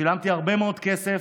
שילמתי הרבה מאוד כסף.